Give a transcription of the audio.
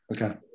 Okay